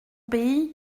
pays